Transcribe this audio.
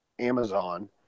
Amazon